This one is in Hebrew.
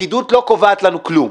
הפקידות לא קובעת לנו כלום,